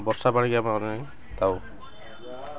ବର୍ଷା ପାଣିକି ଆମେ ଅନେଇ ଥାଉ